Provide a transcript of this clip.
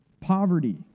poverty